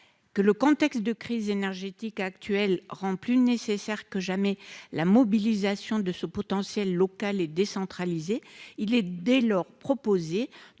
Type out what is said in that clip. que le contexte de crise énergétique actuelle rend plus nécessaire que jamais, la mobilisation de ce potentiel locale et décentralisée, il est dès lors proposer